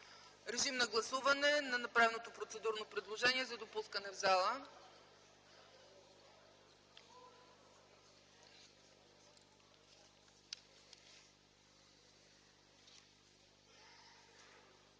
Моля да гласуваме направеното процедурно предложение за допускане в зала.